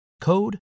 code